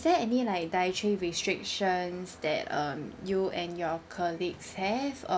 there any like dietary restrictions that um you and your colleagues have or